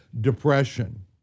depression